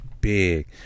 big